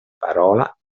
parola